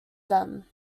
them